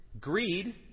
greed